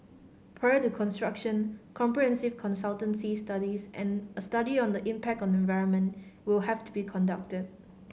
prior to construction comprehensive consultancy studies and a study on the impact on environment will have to be conducted